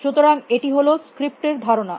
সুতরাং এটি হল স্ক্রিপ্ট এর ধারণা